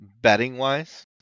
Betting-wise